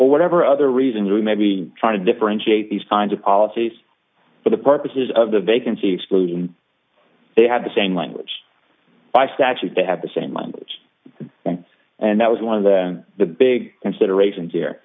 or whatever other reason you may be trying to differentiate these kinds of policies for the purposes of the vacancy exclusion they had the same language by statute they had the same language then and that was one of the the big considerations here